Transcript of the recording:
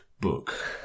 book